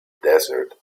desert